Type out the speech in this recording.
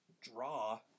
draw